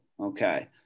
Okay